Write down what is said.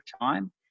time